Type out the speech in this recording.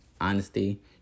honesty